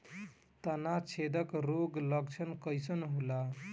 तना छेदक रोग का लक्षण कइसन होला?